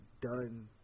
done